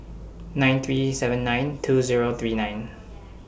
nine three seven nine two Zero three nine